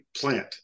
plant